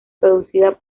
producida